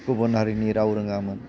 गुबुनारिनि राव रोंङामोन